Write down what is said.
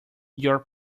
your